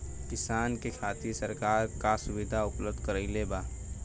किसान के खातिर सरकार का सुविधा उपलब्ध करवले बा?